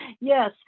Yes